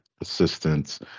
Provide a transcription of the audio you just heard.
assistance